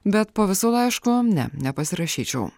bet po visų laišku ne nepasirašyčiau